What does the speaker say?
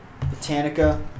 botanica